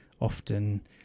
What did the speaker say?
often